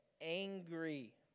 angry